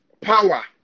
power